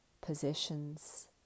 possessions